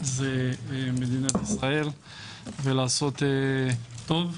זה מדינת ישראל ולעשות טוב.